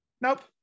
nope